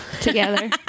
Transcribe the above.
Together